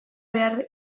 behartzen